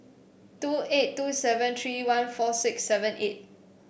two eight two seven three one four six seven eight